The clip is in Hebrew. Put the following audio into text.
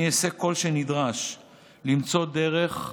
אני אעשה כל שנדרש למצוא דרך,